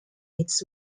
its